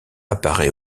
apparaît